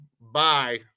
Bye